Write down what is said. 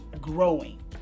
growing